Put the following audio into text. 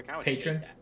patron